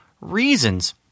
reasons